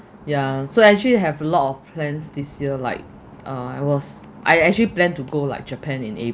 yeah so actually have a lot of plans this year like uh I was I actually planned to go like japan in